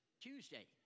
Tuesday